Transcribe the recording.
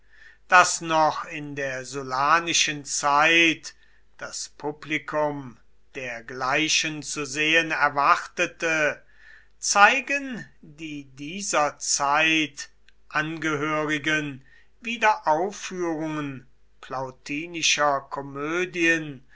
daß noch in der sullanischen zeit das publikum dergleichen zu sehen erwartete zeigen die dieser zeit angehörigen wiederaufführungen plautinischer komödien